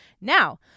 Now